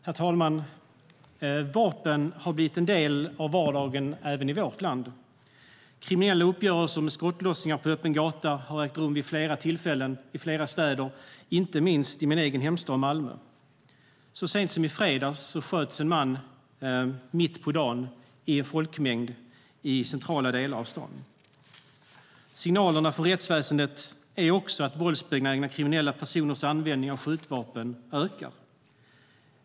Herr talman! Vapen har blivit en del av vardagen även i vårt land. Kriminella uppgörelser med skottlossningar på öppen gata har ägt rum vid flera tillfällen i flera städer, inte minst i min egen hemstad Malmö. Så sent som i fredags sköts en man mitt på dagen i en folkmängd i en central del av staden. Signalerna från rättsväsendet är också att våldsbenägna kriminella personers användning av skjutvapen ökar.